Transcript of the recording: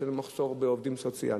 יש לנו מחסור בעובדים סוציאליים,